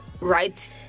right